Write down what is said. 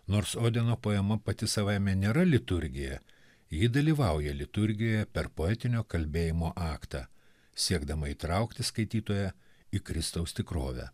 nors odeno poema pati savaime nėra liturgija ji dalyvauja liturgijoje per poetinio kalbėjimo aktą siekdama įtraukti skaitytoją į kristaus tikrovę